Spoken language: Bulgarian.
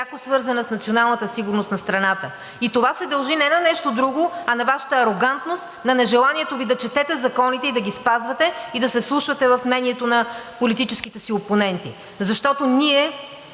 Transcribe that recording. пряко свързана с националната сигурност на страната. И това се дължи не на нещо друго, а на Вашата арогантност, на нежеланието Ви да четете законите, да ги спазвате и да се вслушвате в мнението на политическите си опоненти. Ние